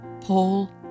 Paul